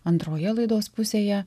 antroje laidos pusėje